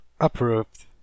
Approved